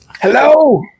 Hello